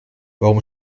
warum